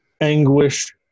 anguish